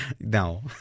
No